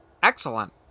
Excellent